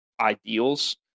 ideals